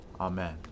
Amen